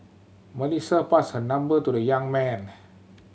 Melissa passed her number to the young man